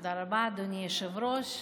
תודה רבה, אדוני היושב-ראש.